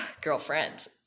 Girlfriend